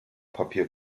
papier